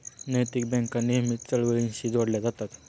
नैतिक बँका नेहमीच चळवळींशीही जोडल्या जातात